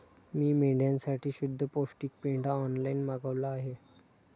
मी मेंढ्यांसाठी शुद्ध पौष्टिक पेंढा ऑनलाईन मागवला आहे